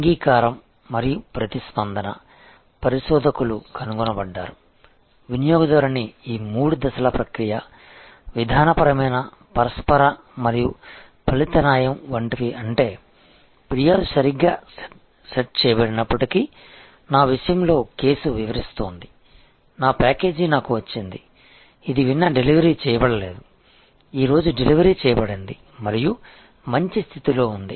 అంగీకారం మరియు ప్రతిస్పందన పరిశోధకులు కనుగొనబడ్డారు వినియోగదారుని ఈ మూడు దశల ప్రక్రియ విధానపరమైన పరస్పర మరియు ఫలిత న్యాయం వంటివి అంటే ఫిర్యాదు సరిగ్గా సెట్ చేయబడినప్పటికీ నా విషయంలో కేసు వివరిస్తోంది నా ప్యాకేజీ నాకు వచ్చింది ఇది నిన్న డెలివరీ చేయబడలేదు ఈ రోజు డెలివరీ చేయబడింది మరియు మంచి స్థితిలో ఉంది